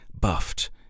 buffed